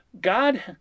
God